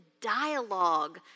dialogue